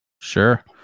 sure